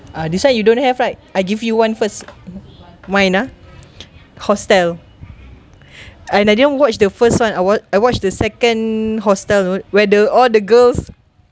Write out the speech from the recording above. ah this [one] you don't have right I give you one first mine ah hostel and I didn't watch the first [one] I wat~ I watched the second hostel where the all the girls